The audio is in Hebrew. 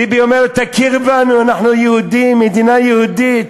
ביבי אומר: תכיר בנו, אנחנו יהודים, מדינה יהודית.